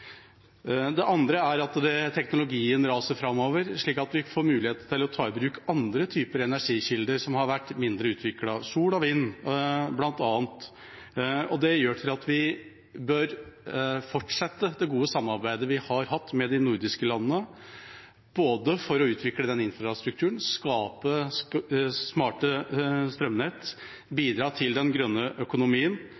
Det andre er at teknologien raser framover, slik at vi får mulighet til å ta i bruk andre typer energikilder som har vært mindre utviklet – sol og vind, bl.a. Det gjør at vi bør fortsette det gode samarbeidet vi har hatt med de nordiske landene for å utvikle infrastruktur, skape smarte strømnett,